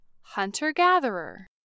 hunter-gatherer